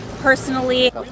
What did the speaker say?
personally